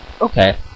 Okay